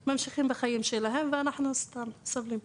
הם ממשיכים בחיים שלהם ואנחנו סתם סובלים.